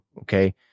Okay